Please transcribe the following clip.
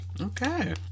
Okay